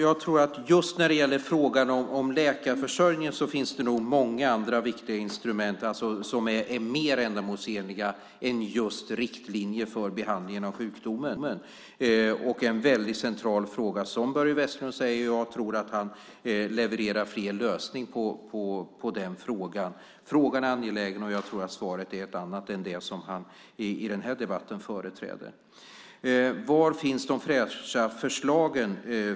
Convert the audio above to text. Fru talman! Just i fråga om läkarförsörjningen finns det nog många andra viktiga instrument som är mer ändamålsenliga än just riktlinjer för behandlingen av sjukdomen. Det är en väldigt central fråga som Börje Vestlund ställer. Men jag tror att han levererar fel lösning där. Frågan är angelägen, men jag tror att svaret är ett annat än det som han i den här debatten företräder. Var finns de fräscha förslagen?